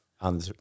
on